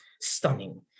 stunning